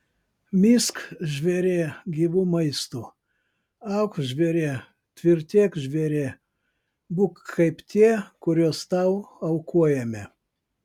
misk žvėrie gyvu maistu auk žvėrie tvirtėk žvėrie būk kaip tie kuriuos tau aukojame